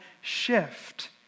shift